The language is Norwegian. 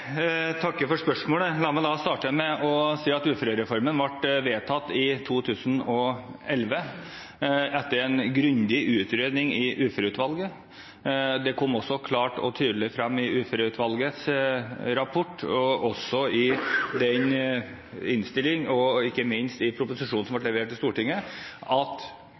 for spørsmålet. La meg starte med å si at uførereformen ble vedtatt i 2011, etter en grundig utredning i Uføreutvalget. Det kom også klart og tydelig frem i Uføreutvalgets rapport, og ikke minst i proposisjonen som ble levert til Stortinget, at